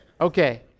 Okay